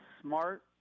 Smart